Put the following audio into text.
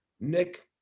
Nick